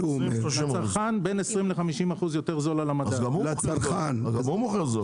ב-20% 50%. לצרכן זול יותר ב-20% 50%. אז גם הוא מוכר בזול,